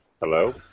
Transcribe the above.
Hello